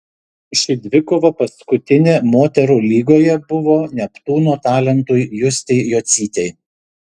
ši dvikova paskutinė moterų lygoje buvo neptūno talentui justei jocytei